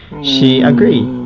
she agreed,